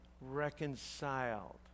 reconciled